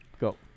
go